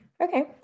Okay